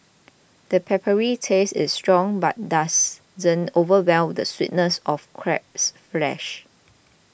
the peppery taste is strong but doesn't overwhelm the sweetness of crab's flesh